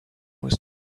was